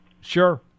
Sure